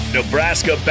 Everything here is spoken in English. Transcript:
Nebraska